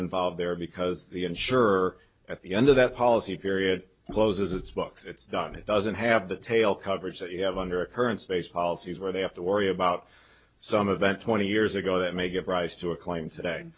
involved there because the insurer at the end of that policy period closes its books it's done it doesn't have the tail coverage that you have under a current space policies where they have to worry about some of that twenty years ago that may give rise to a claim today